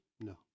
No